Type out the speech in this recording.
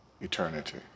Eternity